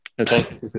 okay